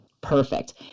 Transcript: Perfect